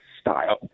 style